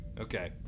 Okay